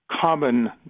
common